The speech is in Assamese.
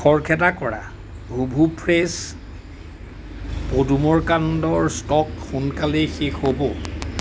খৰখেদা কৰা ভুভু ফ্ৰেছ পদুমৰ কাণ্ডৰ ষ্টক সোনকালেই শেষ হ'ব